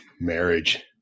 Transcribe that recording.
Marriage